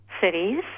cities